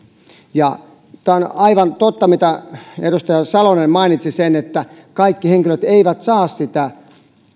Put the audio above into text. ja tämä on aivan totta mitä edustaja salonen mainitsi että kaikki henkilöt eivät saa sitä